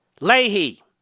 Leahy